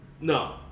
No